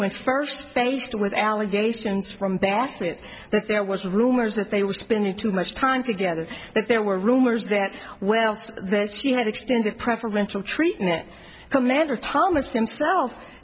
with first faced with allegations from bassett that there was rumors that they were spending too much time together but there were rumors that well that's he had extended preferential treatment commander thomas himself